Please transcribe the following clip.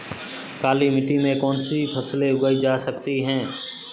काली मिट्टी में कौनसी फसलें उगाई जा सकती हैं?